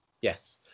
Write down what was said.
yes